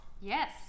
Yes